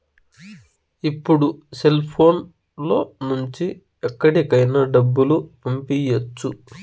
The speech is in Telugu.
ఇప్పుడు సెల్ఫోన్ లో నుంచి ఎక్కడికైనా డబ్బులు పంపియ్యచ్చు